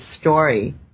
story